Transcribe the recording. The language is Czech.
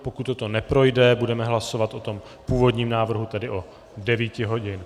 Pokud toto neprojde, budeme hlasovat o tom původním návrhu, tedy od 9 hodin.